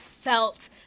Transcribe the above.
felt